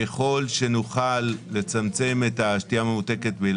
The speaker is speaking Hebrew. ככל שנוכל לצמצם את השתייה הממותקת על ידי